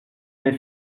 mes